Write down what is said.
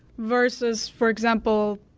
versus, for example,